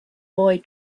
boy